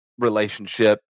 relationship